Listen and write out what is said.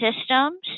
systems